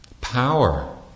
power